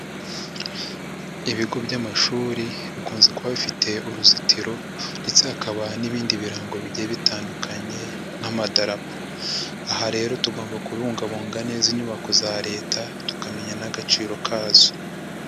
Ibigo by'amashuri bikunze kuba bifite uruzitiro ndetse hakaba n'ibindi birango bigiye bitandukanye n'Amadarapo, aha rero tugomba kubungabunga neza inyubako za Leta tukamenya n'agaciro kazo.